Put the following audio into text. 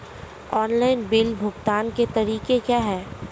Online bill भुगतान के तरीके क्या हैं?